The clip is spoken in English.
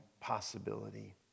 possibility